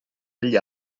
agli